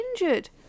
injured